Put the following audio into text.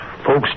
folks